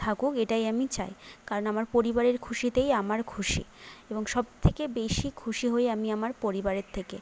থাকুক এটাই আমি চাই কারণ আমার পরিবারের খুশিতেই আমার খুশি এবং সব থেকে বেশি খুশি হই আমি আমার পরিবারের থেকে